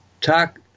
talk